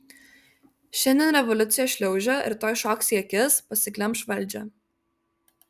šiandien revoliucija šliaužia rytoj šoks į akis pasiglemš valdžią